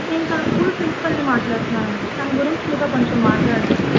నేను తన స్కూల్ ప్రిన్సిపల్ని మాట్లాడ్తున్నానండి తన గురించి మీతో కొంచెం మాట్లాడాలి